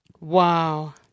Wow